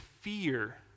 fear